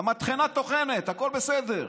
המטחנה טוחנת והכול בסדר.